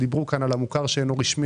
דיברו כאן על המוכר שאינו רשמי,